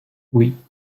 oui